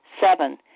Seven